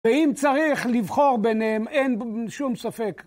ואם צריך לבחור ביניהם אין שום ספק.